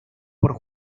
por